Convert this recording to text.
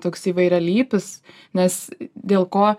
toks įvairialypis nes dėl ko